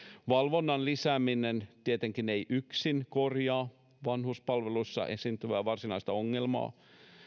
valvonnan lisääminen tietenkään ei yksin korjaa vanhuspalveluissa esiintyvää varsinaista ongelmaa